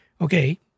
Okay